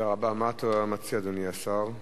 אדוני השר,